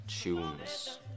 Tunes